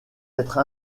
être